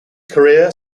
career